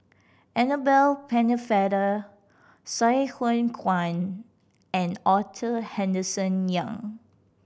Annabel Pennefather Sai Hua Kuan and Arthur Henderson Young